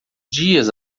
dias